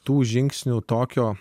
tų žingsnių tokio